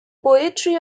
poetry